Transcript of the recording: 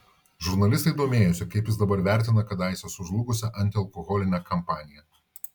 žurnalistai domėjosi kaip jis dabar vertina kadaise sužlugusią antialkoholinę kampaniją